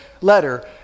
letter